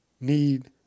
need